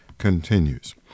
continues